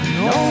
no